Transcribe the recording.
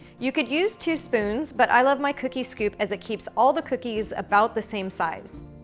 you could use two spoons, but i love my cookie scoop, as it keeps all the cookies about the same size.